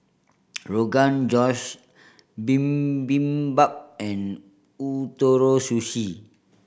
Rogan Josh Bibimbap and Ootoro Sushi